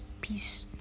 Peace